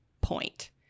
point